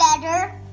better